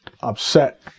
Upset